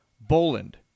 Boland